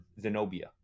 Zenobia